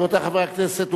רבותי חברי הכנסת,